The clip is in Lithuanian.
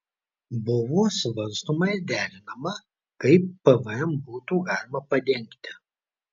buvo svarstoma ir derinama kaip pvm būtų galima padengti